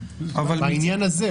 אבל --- בעניין הזה.